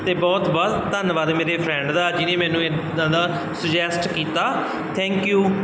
ਅਤੇ ਬਹੁਤ ਬਹੁਤ ਧੰਨਵਾਦ ਮੇਰੇ ਫਰੈਂਡ ਦਾ ਜਿਹਨੇ ਮੈਨੂੰ ਇੱਦਾਂ ਦਾ ਸਜੈਸਟ ਕੀਤਾ ਥੈਂਕ ਯੂ